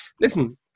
listen